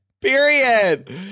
Period